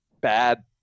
bad